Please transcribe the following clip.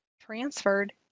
transferred